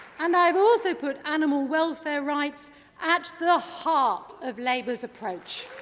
and i will also put animal welfare rights at the heart of labour's approach.